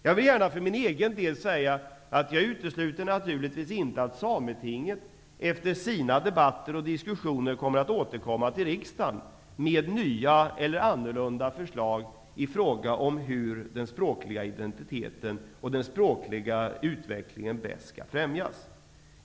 Jag vill gärna för egen del säga, att jag utesluter naturligtvis inte att Sametinget, efter sina debatter, återkommer till riksdagen med nya eller annorlunda förslag i fråga om hur den språkliga identiteten och den språkliga utvecklingen bäst skall främjas.